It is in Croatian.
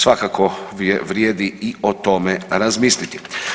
Svakako vrijedi i o tome razmisliti.